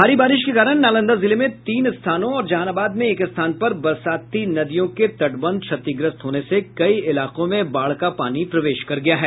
भारी बारिश के कारण नालंदा जिले में तीन स्थानों और जहानाबाद में एक स्थान पर बरसाती नदियों के तटबंध क्षतिग्रस्त होने से कई इलाकों में बाढ़ का पानी प्रवेश कर गया है